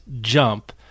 jump